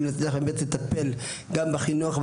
אם נצליח לטפל בחינוך,